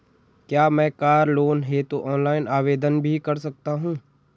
क्या मैं car loan हेतु ऑनलाइन आवेदन भी कर सकता हूँ?